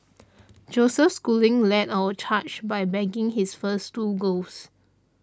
Joseph Schooling led our charge by bagging his first two golds